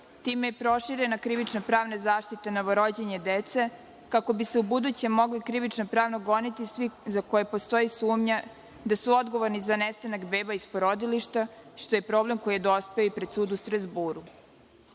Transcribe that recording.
Time je proširena krivično pravna zaštita novorođene dece, kako bi se ubuduće mogli krivično pravno goniti svi za koje postoji sumnja da su odgovorni za nestanak beba iz porodilišta, što je problem koji je dospeo i pred sud u Strazburu. Bitna